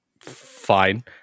fine